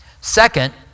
Second